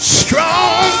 strong